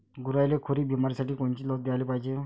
गुरांइले खुरी बिमारीसाठी कोनची लस द्याले पायजे?